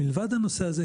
מלבד הנושא הזה,